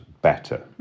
better